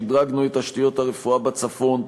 שדרגנו את תשתיות הרפואה בצפון,